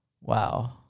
Wow